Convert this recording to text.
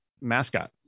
mascot